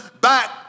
back